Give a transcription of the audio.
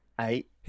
Eight